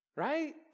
Right